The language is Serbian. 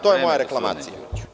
To je moja reklamacija.